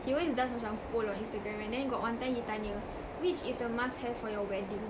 he always does macam poll on Instagram and then got one time he tanya which is a must have for your wedding